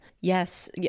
Yes